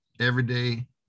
Everyday